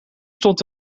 stond